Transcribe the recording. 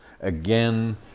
again